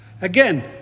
Again